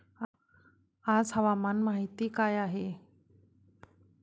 आज हवामान माहिती काय आहे?